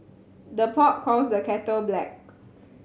the pot calls the kettle black